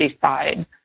side